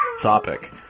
topic